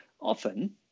often